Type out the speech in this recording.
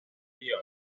tío